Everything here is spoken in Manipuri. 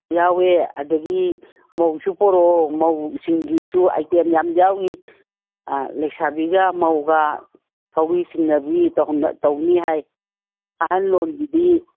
ꯌꯥꯎꯋꯦ ꯑꯗꯒꯤ ꯃꯧꯁꯨ ꯄꯣꯔꯛꯑꯣ ꯃꯧꯁꯤꯡꯒꯤꯁꯨ ꯑꯥꯏꯇꯦꯝ ꯌꯥꯝ ꯌꯥꯎꯔꯤ ꯂꯩꯁꯥꯕꯤꯒ ꯃꯧꯒ ꯊꯧꯔꯤꯆꯤꯡꯅꯕꯤ ꯇꯧꯅꯤ ꯍꯥꯏ ꯑꯍꯟꯂꯣꯝꯒꯤꯗꯤ